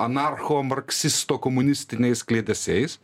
anarcho marksisto komunistiniais kliedesiais